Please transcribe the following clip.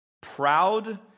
proud